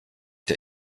der